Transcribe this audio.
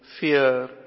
fear